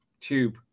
tube